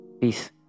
Peace